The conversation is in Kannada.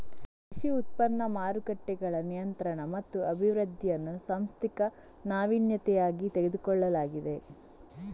ಕೃಷಿ ಉತ್ಪನ್ನ ಮಾರುಕಟ್ಟೆಗಳ ನಿಯಂತ್ರಣ ಮತ್ತು ಅಭಿವೃದ್ಧಿಯನ್ನು ಸಾಂಸ್ಥಿಕ ನಾವೀನ್ಯತೆಯಾಗಿ ತೆಗೆದುಕೊಳ್ಳಲಾಗಿದೆ